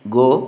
go